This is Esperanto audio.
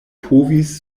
povis